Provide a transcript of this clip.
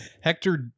Hector